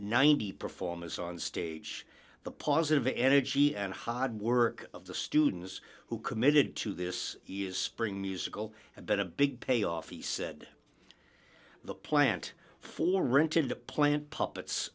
ninety performers on stage the positive energy and hod work of the students who committed to this spring musical had been a big payoff he said the plant for rented the plant puppets